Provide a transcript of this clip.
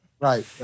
Right